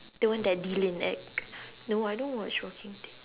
the one that dylan act no I don't watch walking dead